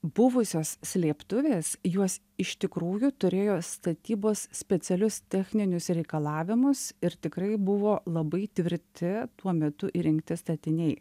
buvusios slėptuvės juos iš tikrųjų turėjo statybos specialius techninius reikalavimus ir tikrai buvo labai tvirti tuo metu įrengti statiniai